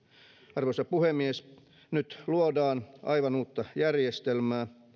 arvoisa puhemies nyt luodaan aivan uutta järjestelmää